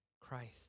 Christ